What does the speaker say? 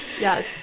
Yes